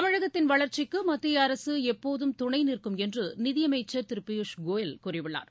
தமிழகத்தின் வளர்ச்சிக்கு மத்திய அரசு எப்போதம் துணை நிற்கும் என்று நிதியமைச்சர் திரு பியூஸ் கோயல் கூறியுள்ளார்